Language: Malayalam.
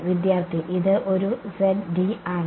വിദ്യാർത്ഥി ഇത് ഒരു z d ആണ്